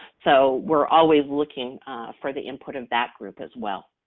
so we're always looking for the input in that group as well.